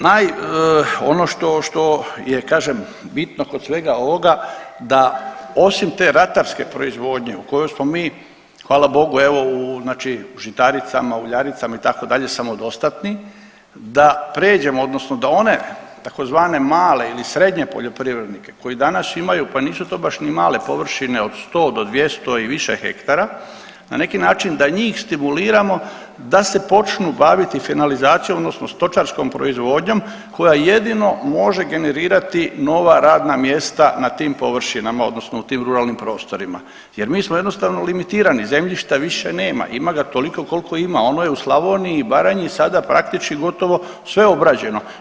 Ovaj, naj, ono što, što je kažem bitno kod svega ovoga da osim te ratarske proizvodnje o kojoj smo mi hvala Bogu evo u znači u žitaricama, uljaricama itd. samodostatni da pređemo odnosno da one tzv. male ili srednje poljoprivrednike koji danas imaju, pa nisu to baš ni male površine od 100 do 200 i više hektara na neki način da njih stimuliramo da se počnu baviti finalizacijom odnosno stočarskom proizvodnjom koja jedino može generirati nova radna mjesta na tim površinama odnosno u tim ruralnim prostorima jer mi smo jednostavno limitirani, zemljišta više nema, ima ga toliko kolko ima, ono je u Slavoniji i Baranji sada praktički gotovo sve obrađeno.